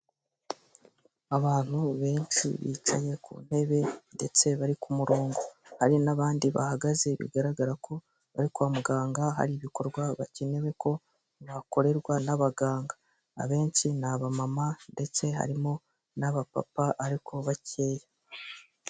Abantu benshi bicaye ku ntebe ndetse bari ku murongo, hari n'abandi bahagaze bigaragara ko bari kwa muganga, hari ibikorwa bakenewe ko bakorerwa n'abaganga, abenshi ni aba mama ndetse harimo n'aba papa ariko bakeya.